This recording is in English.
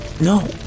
No